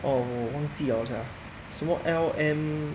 orh 我忘记什么了 sia